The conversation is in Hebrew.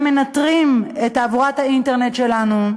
הם מנטרים את תעבורת האינטרנט שלנו,